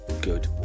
good